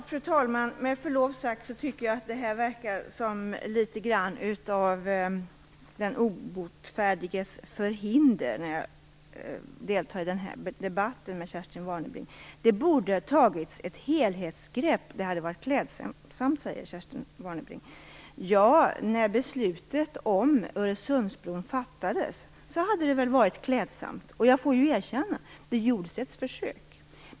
Fru talman! När jag debatterar med Kerstin Warnerbring tycker jag, med förlov sagt, att detta verkar litet som den obotfärdiges förhinder. Det borde ha tagits ett helhetsgrepp; det hade varit klädsamt, sade Kerstin Warnerbring. Ja, när beslutet om Öresundsbron fattades hade det varit klädsamt. Jag måste erkänna att det gjordes ett försök.